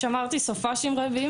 שמרתי בסופי שבוע,